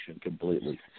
completely